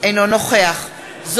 אינו נוכח רוברט אילטוב,